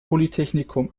polytechnikum